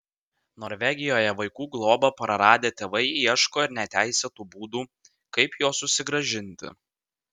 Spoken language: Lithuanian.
norvegijoje vaikų globą praradę tėvai ieško ir neteisėtų būdų kaip juos susigrąžinti